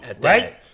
Right